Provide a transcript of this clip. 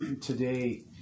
today